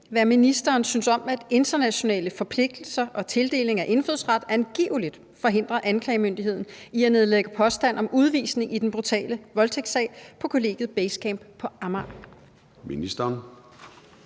hvad ministeren synes om, at internationale forpligtelser og tildeling af indfødsret angiveligt forhindrer anklagemyndigheden i at nedlægge påstand om udvisning i den brutale voldtægtssag på kollegiet Basecamp på Amager? Formanden